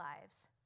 lives